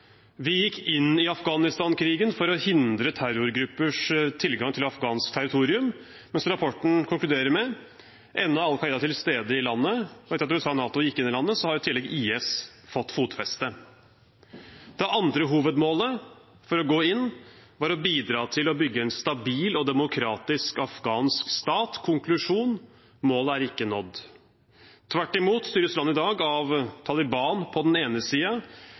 Vi gikk inn i Afghanistan-krigen for å hindre terrorgruppers tilgang til afghansk territorium, mens rapporten konkluderer med at Al Qaida ennå er til stede i landet, og etter at USA og NATO gikk inn i landet, har i tillegg IS fått fotfeste. Det andre hovedmålet for å gå inn var å bidra til å bygge en stabil og demokratisk afghansk stat. Konklusjon: Målet er ikke nådd. Tvert imot styres landet i dag av Taliban på den ene